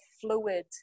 fluid